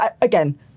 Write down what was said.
Again